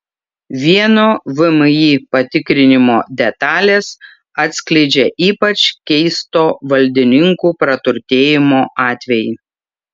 vieno vmi patikrinimo detalės atskleidžia ypač keisto valdininkų praturtėjimo atvejį